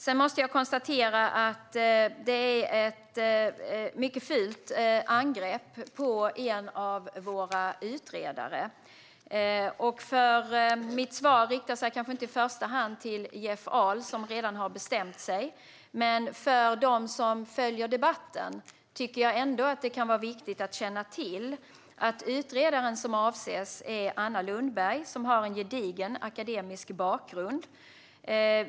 Det här är ett mycket fult angrepp på en av våra utredare. Mitt svar riktar sig kanske inte i första hand till Jeff Ahl, som redan har bestämt sig. Men för dem som följer debatten kan det ändå vara viktigt att känna till att utredaren som avses är Anna Lundberg. Hon har en gedigen akademisk bakgrund.